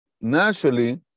naturally